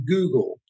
Google